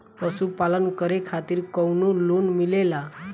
पशु पालन करे खातिर काउनो लोन मिलेला?